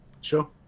Sure